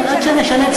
עד שנשנה,